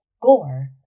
gore